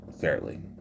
fairly